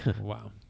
Wow